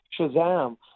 shazam